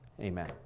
Amen